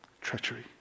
treachery